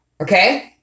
Okay